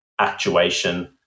actuation